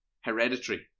Hereditary